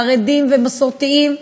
חרדים ומסורתיים,